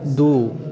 दू